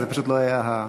זה פשוט לא היה הנוהל.